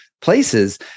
places